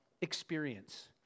experience